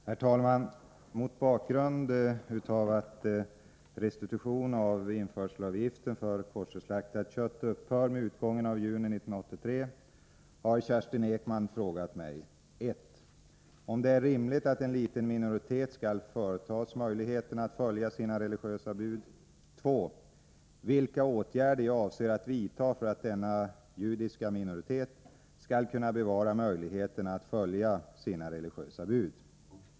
Herr talman! Mot bakgrund av att restitution av införselavgiften för koscherslaktat kött upphört med utgången av juni 1983 har Kerstin Ekman frågat mig 1. om det är rimligt att en liten minoritet skall förtas möjligheten att följa sina 2. vilka åtgärder jag avser att vidta för att denna judiska minoritet skall kunna bevara möjligheten att följa sina religiösa bud.